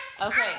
Okay